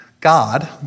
God